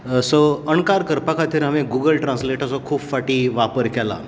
so अणकार करपा खातीर हांवें गुगल ट्रांस्लेटाचो खूब फावटी वापर केला